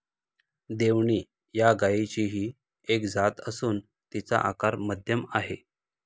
देवणी या गायचीही एक जात असून तिचा आकार मध्यम आहे